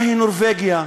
מהי נורבגיה.